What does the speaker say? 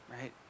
right